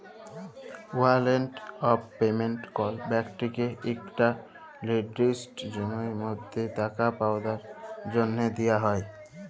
warrant of payment কল ব্যক্তিকে ইকট লিরদিসট সময়ের মধ্যে টাকা পাউয়ার জ্যনহে দিয়া হ্যয়